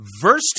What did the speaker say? verse